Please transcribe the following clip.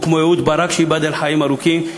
או כמו אהוד ברק, שייבדל לחיים ארוכים.